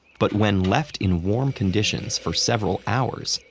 but when left in warm conditions for several hours,